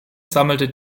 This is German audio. sammelte